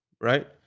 Right